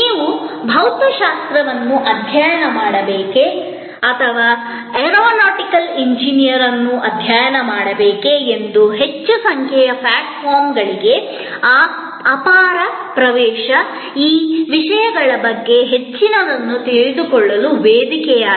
ನೀವು ಭೌತಶಾಸ್ತ್ರವನ್ನು ಅಧ್ಯಯನ ಮಾಡಬೇಕೇ ಅಥವಾ ಏರೋನಾಟಿಕಲ್ ಎಂಜಿನಿಯರಿಂಗ್ ಅನ್ನು ಅಧ್ಯಯನ ಮಾಡಬೇಕೆ ಎಂದು ಹೆಚ್ಚಿನ ಸಂಖ್ಯೆಯ ಪ್ಲಾಟ್ಫಾರ್ಮ್ಗಳಿಗೆ ಅಪಾರ ಪ್ರವೇಶ ಈ ವಿಷಯಗಳ ಬಗ್ಗೆ ಹೆಚ್ಚಿನದನ್ನು ತಿಳಿದುಕೊಳ್ಳಲು ವೇದಿಕೆ